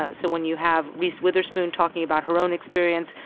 ah so when you have reese witherspoon talking about her own experience,